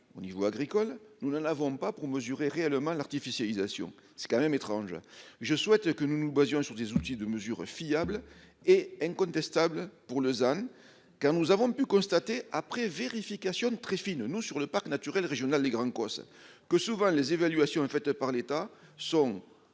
au niveau agricole nous ne l'avons pas pour mesurer réellement l'artificialisation c'est quand même étrange. Je souhaite que nous nous basons sur des outils de mesure fiable et incontestable pour Lausanne. Quand nous avons pu constater après vérification Trifine nous sur le parc naturel régional des Grands Causses que souvent les évaluations faites par l'État sont